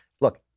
look